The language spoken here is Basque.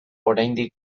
oraindik